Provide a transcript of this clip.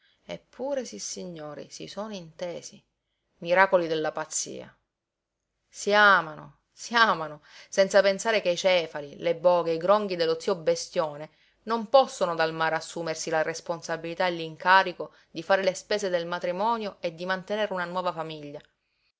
dell'altra eppure sissignori si sono intesi miracoli della pazzia si amano si amano senza pensare che i cefali le boghe i gronghi dello zio bestione non possono dal mare assumersi la responsabilità e l'incarico di fare le spese del matrimonio e di mantenere una nuova famiglia